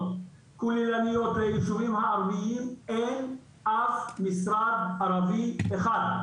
כוללניות ליישובים הערביים אין אף משרד ערבי אחד.